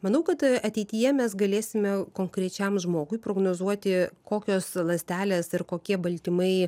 manau kad ateityje mes galėsime konkrečiam žmogui prognozuoti kokios ląstelės ir kokie baltymai